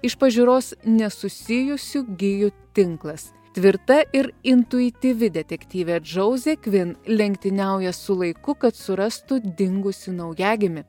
iš pažiūros nesusijusių gijų tinklas tvirta ir intuityvi detektyvė džauzė kvin lenktyniauja su laiku kad surastų dingusį naujagimį